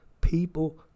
people